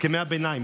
הסכמי הביניים,